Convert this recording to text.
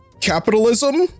capitalism